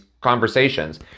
conversations